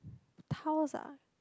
tiles ah